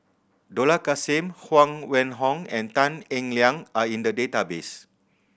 Dollah Kassim Huang Wenhong and Tan Eng Liang are in the database